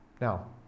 Now